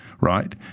right